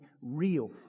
real